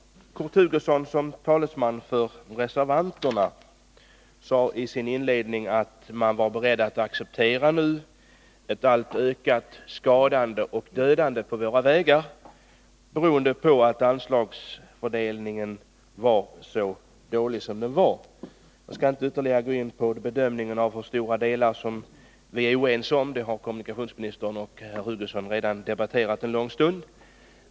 Kurt Hugosson sade som talesman för reservanterna att man nu tydligen var beredd att acceptera ett ökat skadande och dödande på våra vägar, eftersom anslagstilldelningen är så dålig som den är. Jag skall inte ytterligare gå in på någon bedömning av hur stora delar vi är oense om — det har kommunikationsministern och herr Hugosson redan debatterat en lång stund.